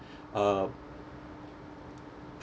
uh